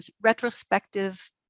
retrospective